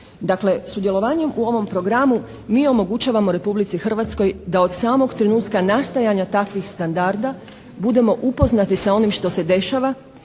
Dakle sudjelovanjem u ovom programu mi omogućavamo Republici Hrvatskoj da od samog trenutka nastajanja takvih standarda budemo upoznati sa onim što se dešava